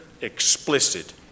explicit